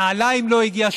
נעליים לא הגיעו,